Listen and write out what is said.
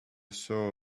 saw